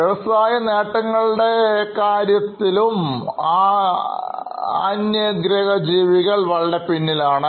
വ്യവസായ നേട്ടങ്ങളുടെയും കാര്യത്തിൽവളരെ പിന്നിലാണ്